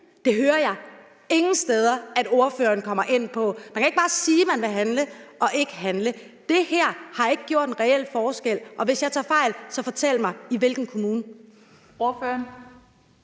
hører jeg ingen steder at ordføreren kommer ind på. Man kan ikke bare sige, at man vil handle, og så ikke handle. Det her har ikke gjort en reel forskel, og hvis jeg tager fejl, så fortæl mig, hvilken kommune det